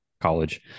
college